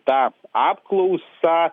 tą apklausą